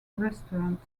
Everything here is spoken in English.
restaurant